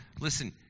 Listen